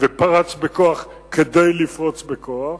ופרץ בכוח כדי לפרוץ בכוח.